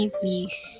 please